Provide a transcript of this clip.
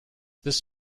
this